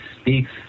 speaks